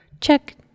Check